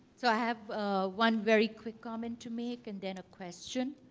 so i have one very quick comment to make and then a question.